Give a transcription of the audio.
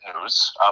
news